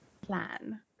plan